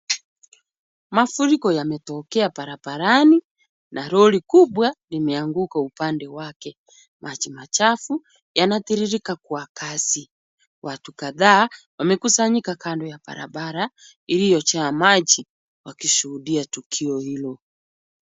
Mafuriko yametokea barabarani, na lori kubwa limeanguka upande wake. Maji machafu yanatiririka kwa kasi. Watu kadhaa wamekusanyika kando ya barabara iliyojaa maji wakishuhudia tukio hilo.